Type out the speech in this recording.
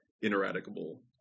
ineradicable